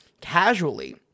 casually